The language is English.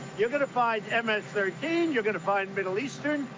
you're gonna find ms thirteen, you're gonna find middle eastern,